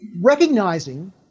Recognizing